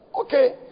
Okay